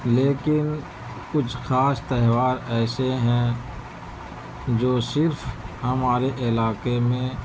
لیکن کچھ خاص تہوار ایسے ہیں جو صرف ہمارے علاقے میں